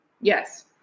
Yes